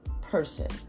person